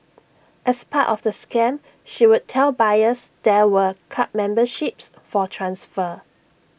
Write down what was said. as part of the scam she would tell buyers there were club memberships for transfer